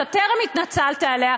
אתה טרם התנצלת עליה,